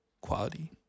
Quality